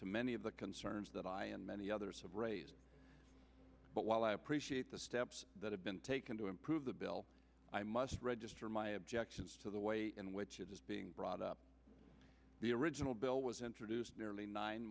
to many of the concerns that i and many others have raised but while i appreciate the steps that have been taken to improve the bill i must register my objections to the way in which it is being brought up the original bill was introduced nearly nine